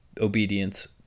obedience